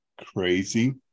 crazy